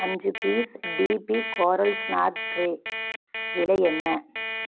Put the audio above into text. அஞ்சு piece DP coral snack tray விலை என்ன